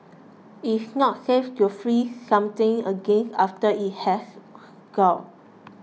it is not safe to freeze something again after it has thawed